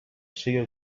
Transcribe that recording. sega